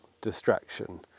distraction